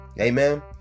Amen